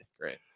Great